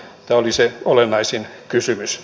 tämä oli se olennaisin kysymys